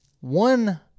one